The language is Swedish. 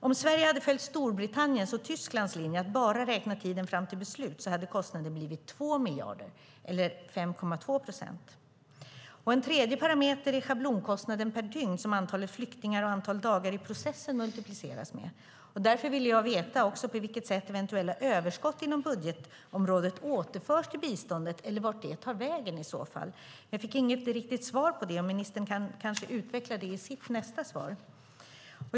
Om Sverige hade följt Storbritanniens och Tysklands linje att bara räkna tiden fram till beslut hade kostnaden blivit 2 miljarder, eller 5,2 procent. En tredje parameter är schablonkostnaden per dygn som multipliceras med antal flyktingar och dagar i processen. Därför vill jag också veta på vilket sätt eventuellt överskott inom budgetområdet återförs till biståndet eller vart det tar vägen. Jag fick inget riktigt svar på frågan. Ministern kanske kan utveckla det i sitt nästa inlägg.